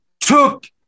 took